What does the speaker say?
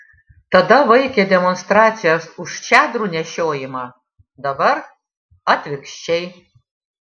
tada vaikė demonstracijas už čadrų nešiojimą dabar atvirkščiai